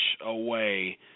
away